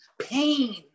pain